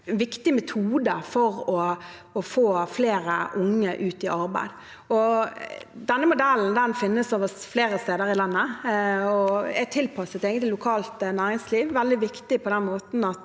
viktig metode for å få flere unge ut i arbeid. Denne modellen finnes flere steder i landet og er tilpasset lokalt næringsliv. Det er veldig viktig på den måten at